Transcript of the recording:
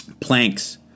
Planks